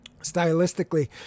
stylistically